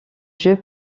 jeux